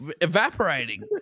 evaporating